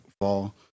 fall